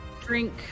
Drink